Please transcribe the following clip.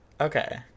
okay